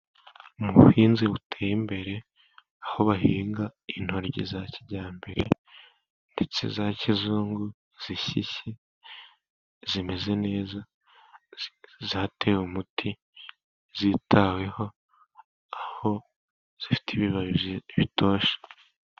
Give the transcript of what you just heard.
Mu buhinzi buteye imbere, aho bahinga intoryi za kijyambere ndetse za kizungu, zishishe zimeze neza, zatewe umuti zitaweho, aho zifite ibibabi bitoshye.